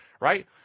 right